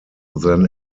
then